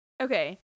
Okay